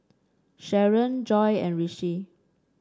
Sharen Joi and Rishi